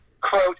quote